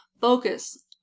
focus